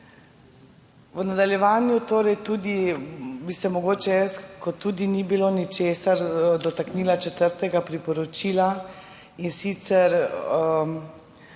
V nadaljevanju, bi se mogoče jaz tudi, kot tudi ni bilo ničesar, dotaknila četrtega priporočila, in sicer